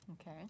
Okay